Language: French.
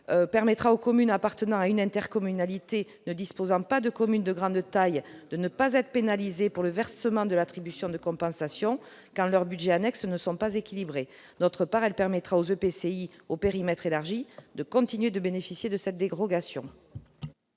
permettra aux communes appartenant à une intercommunalité ne disposant pas de communes de grande taille de ne pas être pénalisées pour le versement de l'attribution de compensation quand leurs budgets annexes ne sont pas équilibrés. Par ailleurs, elle permettra aux EPCI au périmètre élargi de continuer de bénéficier de cette dérogation.